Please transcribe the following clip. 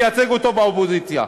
ונייצג אותו באופוזיציה,